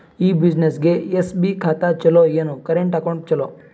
ಈ ಬ್ಯುಸಿನೆಸ್ಗೆ ಎಸ್.ಬಿ ಖಾತ ಚಲೋ ಏನು, ಕರೆಂಟ್ ಅಕೌಂಟ್ ಚಲೋ?